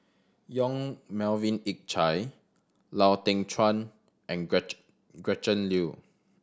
Yong Melvin Yik Chye Lau Teng Chuan and Gretchen Liu